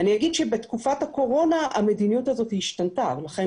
אני אומר שבתקופת הקורונה המדיניות הזו השתנתה ולכן